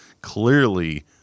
clearly